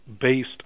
based